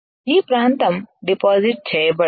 ఈ ప్రాంతం డిపాజిట్ చేయబడదు